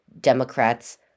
Democrats